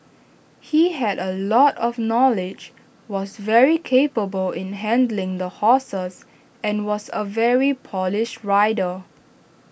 he had A lot of knowledge was very capable in handling the horses and was A very polished rider